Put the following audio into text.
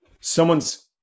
someone's